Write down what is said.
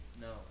No